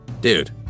Dude